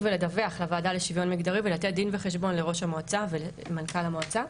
ולדווח לוועדה לשוויון מגדרי ולתת דין וחשבון לראש המועצה ולמנכ"ל המועצה.